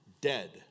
dead